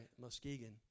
Muskegon